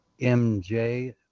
MJ